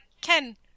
Ken